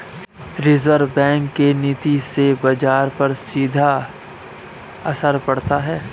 reserve bank के नीति से बाजार पर सीधा असर पड़ता है